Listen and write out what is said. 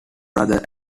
brother